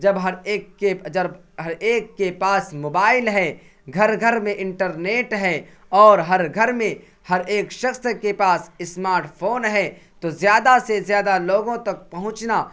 جب ہر ایک کے جب ہر ایک کے پاس موبائل ہے گھر گھر میں انٹرنیٹ ہے اور ہر گھر میں ہر ایک شخص کے پاس اسمارٹ فون ہے تو زیادہ سے زیادہ لوگوں تک پہنچنا